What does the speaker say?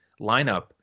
lineup